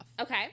Okay